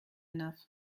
enough